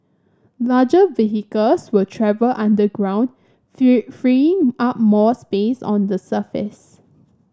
larger vehicles will travel underground free freeing up more space on the surface